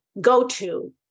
go-to